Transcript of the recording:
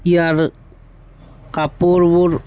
ইয়াৰ কাপোৰবোৰ